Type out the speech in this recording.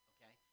Okay